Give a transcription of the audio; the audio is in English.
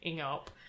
up